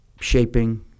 shaping